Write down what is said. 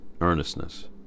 earnestness